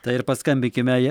tai ir paskambykime ją